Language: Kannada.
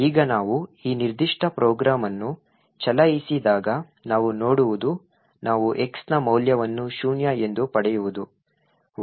ಈಗ ನಾವು ಈ ನಿರ್ದಿಷ್ಟ ಪ್ರೋಗ್ರಾಂ ಅನ್ನು ಚಲಾಯಿಸಿದಾಗ ನಾವು ನೋಡುವುದು ನಾವು x ನ ಮೌಲ್ಯವನ್ನು ಶೂನ್ಯ ಎಂದು ಪಡೆಯುವುದು